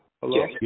Hello